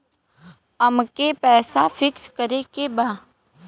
अमके पैसा फिक्स करे के बा?